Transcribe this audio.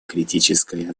критической